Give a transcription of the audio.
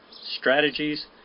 strategies